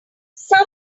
some